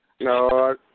No